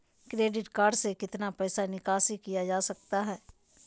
Credit card से कितना पैसा निकासी किया जा सकता है?